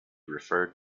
referred